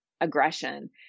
aggression